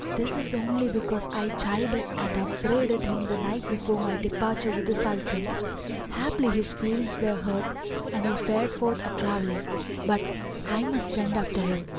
this is only because i chided and upbraided him the night before my departure with the sultan haply his feelings were hurt and he fared forth a-travelling but i must send after him.